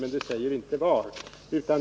Däremot säger det inte var.